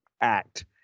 act